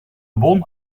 bon